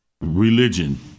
religion